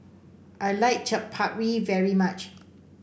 I like Chaat Papri very much